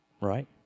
Right